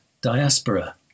diaspora